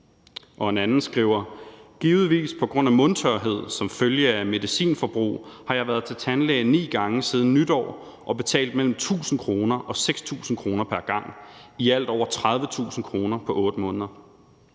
En anden skriver: »Givetvis pga. mundtørhed som følge af medicinforbrug har jeg været til tandlæge 9 gange siden nytår og betalt mellem 1.000 og 6.000 kr pr. gang. I alt over kr. 30.000 på 8 måneder.«